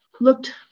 looked